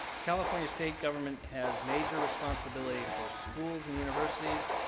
california state government has major responsibility for schools and universities,